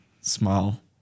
small